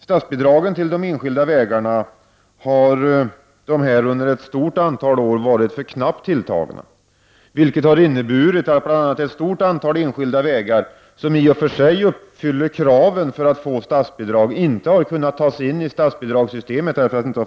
Statsbidragen till de enskilda vägarna har under ett stort antal år varit för knappt tilltagna, vilket har inneburit att ett stort antal enskilda vägar som i och för sig uppfyller kraven för att få statsbidrag inte har kunnat ta sig in i statsbidragssystemet.